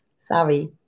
sorry